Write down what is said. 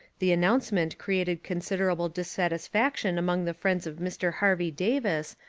the announcement created considerable dissatisfaction among the friends of mr. harvey davis,